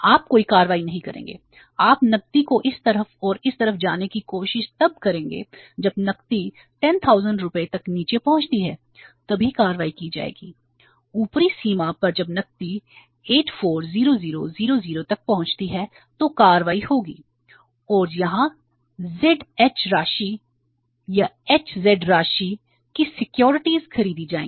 आप कोई कार्रवाई नहीं करेंगे आप नकदी को इस तरफ और इस तरफ जाने की कोशिश तब करेंगे जब नकदी 10000 रुपये तक नीचे पहुंचती है तभी कार्रवाई की जाएगी ऊपरी सीमा पर जब नकदी 840000 तक पहुंचती है तो कार्रवाई होगी और यहां z h राशि या h z राशि की सिक्योरिटीज खरीदी जाएगी